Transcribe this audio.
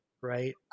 right